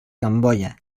camboya